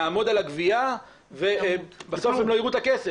נעמוד על הגבייה ובסוף הם לא יראו את הכסף.